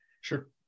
Sure